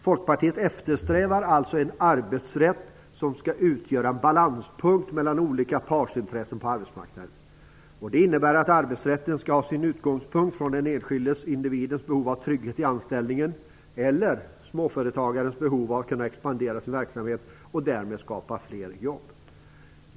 Folkpartiet eftersträvar alltså en arbetsrätt som skall utgöra en balanspunkt mellan olika partsintressen på arbetsmarknaden. Det innebär att arbetsrätten skall ha sin utgångspunkt i den enskilde individens behov av trygghet i anställningen eller småföretagarens behov av att kunna expandera sin verksamhet och därmed skapa fler jobb.